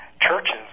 churches